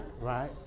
Right